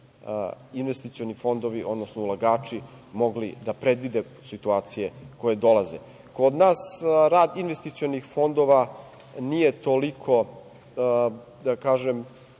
investicioni fondovi, odnosno ulagači mogli da predvide situacije koje dolaze. Kod nas rad investicionih fondova, kako bih rekao,